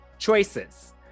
Choices